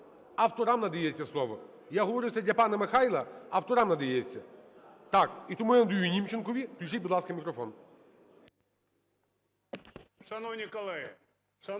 авторам надається слово. Я говорю це для пана Михайла: авторам надається. Так, і тому я надаю Німченкові. Включіть, будь ласка, мікрофон.